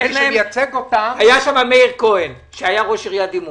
היה שם מאיר כהן, שהיה ראש עיריית דימונה,